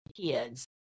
kids